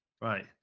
right